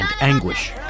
anguish